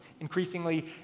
increasingly